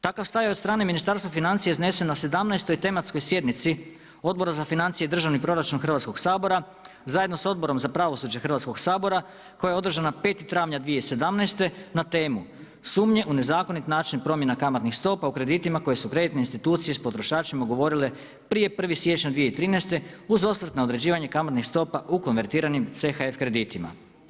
Takav stav i od strane Ministarstva financija iznesen na 17. tematskoj sjednici Odbora za financije i državni proračun Hrvatskoga sabora zajedno sa odborom za pravosuđe Hrvatskoga sabora koja je održana 5. travnja 2017. na temu sumnje u nezakonit način promjena kamatnih stopa u kreditima koje su kreditne institucije sa potrošačima ugovorile prije 1. siječnja 2013. uz osvrt na određivanje kamatnih stopa u konvertiranim CHF kreditima.